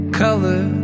color